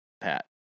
Pat